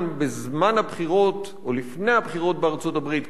בזמן הבחירות או לפני הבחירות בארצות-הברית,